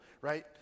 right